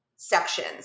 sections